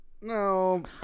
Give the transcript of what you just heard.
No